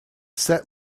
set